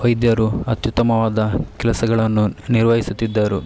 ವೈದ್ಯರು ಅತ್ಯುತ್ತಮವಾದ ಕೆಲಸಗಳನ್ನು ನಿರ್ವಹಿಸುತ್ತಿದ್ದರು